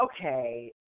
okay